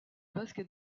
basket